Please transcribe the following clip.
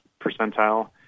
percentile